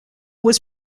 was